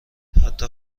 حتی